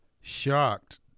shocked